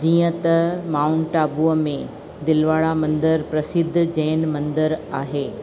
त माउंट आबूअ में भीलवाड़ा मंदरु प्रसिद्ध जैन मंदरु आहे